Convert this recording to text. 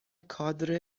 کادر